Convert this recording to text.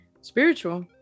spiritual